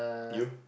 you